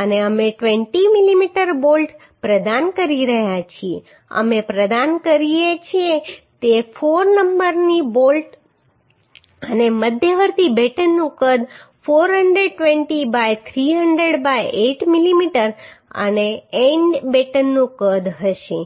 અને અમે 20 mm bolt પ્રદાન કરી રહ્યા છીએ અમે પ્રદાન કરીએ છીએ તે 4 નંબરના બોલ્ટ અને મધ્યવર્તી બેટનનું કદ 420 બાય 300 બાય 8 મીમી અને એન્ડ બેટનનું કદ હશે